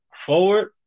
forward